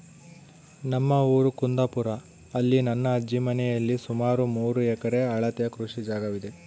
ನಮ್ಮ ಊರು ಕುಂದಾಪುರ, ಅಲ್ಲಿ ನನ್ನ ಅಜ್ಜಿ ಮನೆಯಲ್ಲಿ ಸುಮಾರು ಮೂರು ಎಕರೆ ಅಳತೆಯ ಕೃಷಿ ಜಾಗವಿದೆ